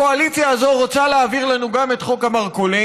הקואליציה הזו רוצה להעביר לנו גם את חוק המרכולים,